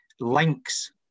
links